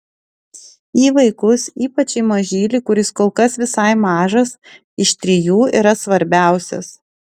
į vaikus ypač į mažylį kuris kol visai mažas iš trijų yra svarbiausias